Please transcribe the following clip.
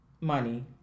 money